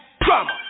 Drama